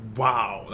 wow